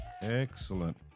Excellent